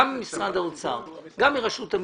גם ממשרד האוצר וגם מרשות המסים.